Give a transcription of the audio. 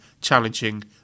challenging